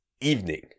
evening